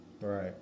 Right